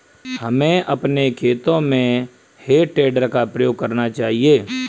हमें अपने खेतों में हे टेडर का प्रयोग करना चाहिए